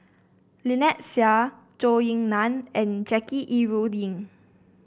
Lynnette Seah Zhou Ying Nan and Jackie Yi Ru Ying